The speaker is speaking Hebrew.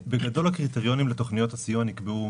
בגדול, הקריטריונים לתוכניות הסיוע נקבעו